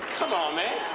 come on man!